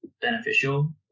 beneficial